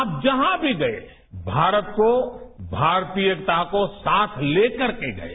आप जहां भी गए भारत को भारतीयता को साथ लेकर के गए